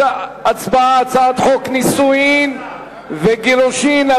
הצבעה על הצעת חוק נישואין וגירושין,